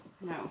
No